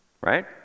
Right